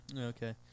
Okay